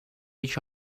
edge